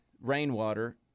rainwater